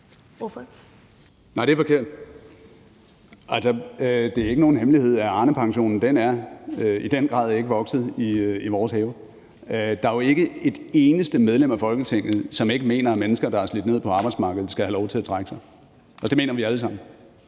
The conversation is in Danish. (V) : Nej, det er forkert. Altså, det er ikke nogen hemmelighed, at Arnepensionen i den grad ikke er vokset i vores have. Der er jo ikke et eneste medlem af Folketinget, som ikke mener, at mennesker, der er slidt ned på arbejdsmarkedet, skal have lov til at trække sig. Det mener vi alle sammen.